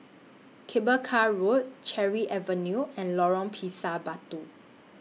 Cable Car Road Cherry Avenue and Lorong Pisang Batu